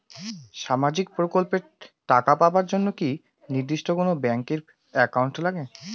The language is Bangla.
সামাজিক প্রকল্পের টাকা পাবার জন্যে কি নির্দিষ্ট কোনো ব্যাংক এর একাউন্ট লাগে?